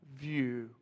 view